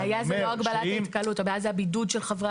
הבעיה היא לא הגבלת התקהלות אלא הבידוד של חברי